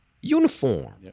uniform